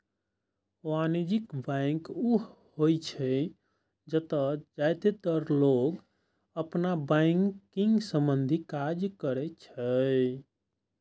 वाणिज्यिक बैंक ऊ होइ छै, जतय जादेतर लोग अपन बैंकिंग संबंधी काज करै छै